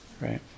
right